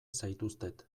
zaituztet